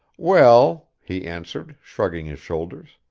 well, he answered, shrugging his shoulders,